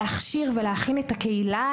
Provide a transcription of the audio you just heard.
להכשיר ולהכין את הקהילה,